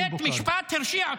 בית משפט הרשיע אותו.